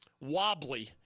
Wobbly